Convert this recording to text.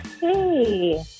Hey